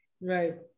Right